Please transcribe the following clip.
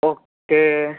O ക്കേ